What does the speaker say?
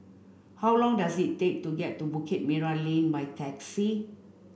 how long does it take to get to Bukit Merah Lane by taxi